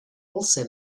also